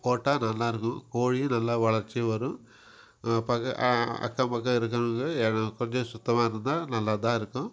போட்டால் நல்லாயிருக்கும் கோழியும் நல்லா வளர்ச்சியும் வரும் பக்க அக்கம் பக்கம் இருக்கிறவங்க இடம் கொஞ்சம் சுத்தமாக இருந்தால் நல்லதான் இருக்கும்